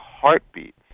heartbeat